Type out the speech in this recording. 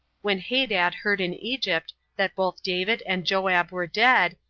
when hadad heard in egypt that both david and joab were dead,